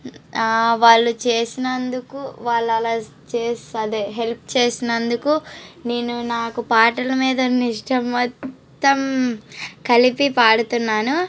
వాళ్ళు చేసినందుకువాళ్ళు అలా చేసి అదే హెల్ప్ చేసినందుకు నేను నాకు పాటల మీద ఉన్న ఇష్టం మొత్తం కలిపి పాడుతున్నాను